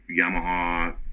Yamaha